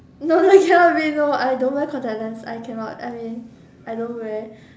no no cannot be no I don't wear contact lens I cannot I mean I don't wear